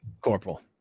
corporal